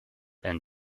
and